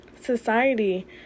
Society